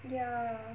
ya